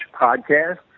Podcast